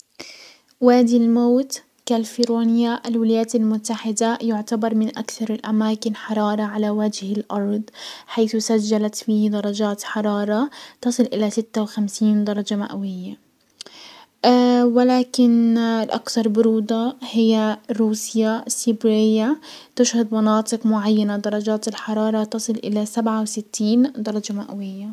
وادي الموت، كالفيرونية، الولايات المتحدة، يعتبر من اكثر الاماكن حرارة على وجه الارض، حيث سجلت فيه درجات حرارة تصل الى ستة وخمسين درجة مئوية، ولكن الاكثر برودة هي روسيا، سيبراية، تشهد مناطق معينة درجات الحرارة تصل الى سبعة وستين درجة مئوية.